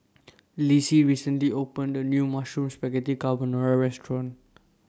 Lissie recently opened A New Mushroom Spaghetti Carbonara Restaurant